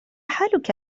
حالك